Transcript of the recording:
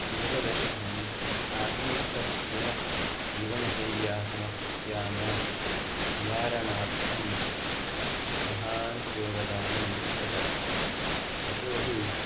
योगदर्शनम् आधुनिकस्य जीवनशैल्याः समस्यानां निवारणार्थं महद् योगदानं ददाति यतो हि